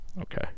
Okay